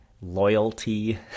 loyalty